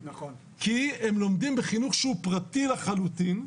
כי הם לומדים בחינוך שהוא פרטי לחלוטין,